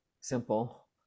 simple